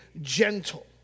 gentle